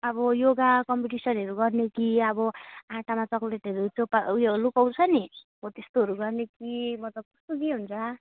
अब योगा कम्पिटिसनहरू गर्ने कि अब आँटामा चकलेटहरू छुपा उयो लुकाउँछ नि हो त्यस्तोहरू गर्ने कि मतलब कस्तो के हुन्छ